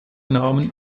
name